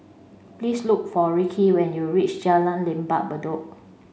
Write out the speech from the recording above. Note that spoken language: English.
please look for Ricky when you reach Jalan Lembah Bedok